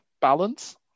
balance